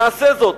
נעשה זאת.